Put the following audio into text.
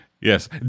Yes